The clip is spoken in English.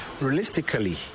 Realistically